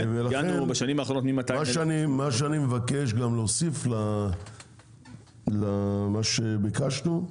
ולכן מה שאני מבקש גם להוסיף למה שביקשנו,